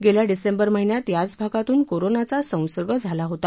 गेल्या डिसेंबर महिन्यात याच भागातून कोरोनाचा संसर्ग झाला होता